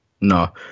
No